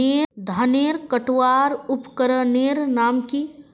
धानेर कटवार उपकरनेर नाम की?